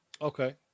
Okay